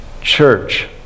church